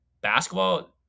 basketball